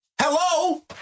Hello